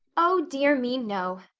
oh dear me, no.